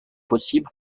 possible